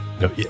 No